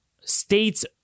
states